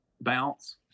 bounce